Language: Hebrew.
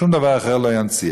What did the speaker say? שום דבר אחר לא ינציח.